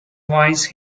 wise